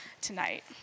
tonight